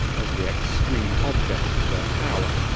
as the extreme object of their power,